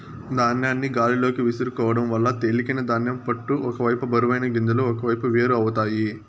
ధాన్యాన్ని గాలిలోకి విసురుకోవడం వల్ల తేలికైన ధాన్యం పొట్టు ఒక వైపు బరువైన గింజలు ఒకవైపు వేరు అవుతాయి